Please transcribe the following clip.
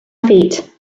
feet